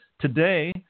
Today